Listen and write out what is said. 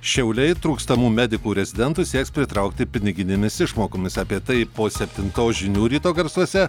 šiauliai trūkstamų medikų rezidentų sieks pritraukti piniginėmis išmokomis apie tai po septintos žinių ryto garsuose